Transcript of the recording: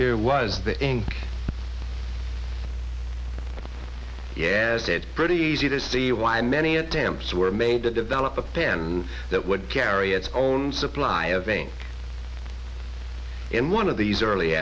the here was the ink yazid pretty easy to see why many attempts were made to develop a pen that would carry its own supply of veins in one of these early